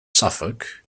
suffolk